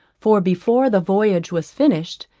for before the voyage was finished,